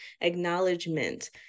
acknowledgement